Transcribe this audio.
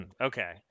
Okay